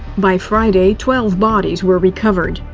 by friday, twelve bodies were recovered.